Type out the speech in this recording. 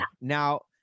Now